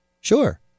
Sure